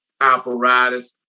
apparatus